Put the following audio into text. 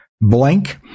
blank